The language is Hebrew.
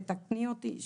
תתקני אותי,